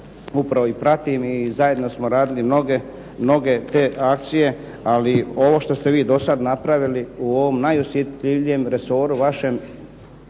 upravo i pratim i zajedno smo radili mnoge te akcije, ali ovo što ste vi do sad napravili u ovom najosjetljivijem resoru vašem,